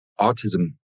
autism